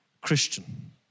Christian